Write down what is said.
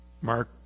Mark